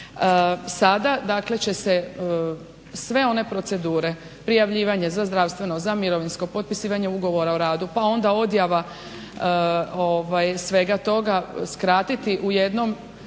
dakle će se sve one procedure prijavljivanje za zdravstveno, za mirovinsko, potpisivanje ugovora o radu, pa onda odjava svega toga skratiti u jednom